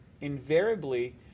invariably